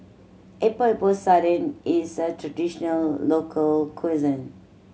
Epok Epok Sardin is a traditional local cuisine